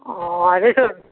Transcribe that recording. অঁ আজিচোন